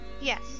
Yes